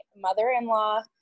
mother-in-law